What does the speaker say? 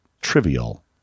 trivial